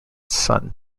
son